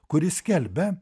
kuri skelbia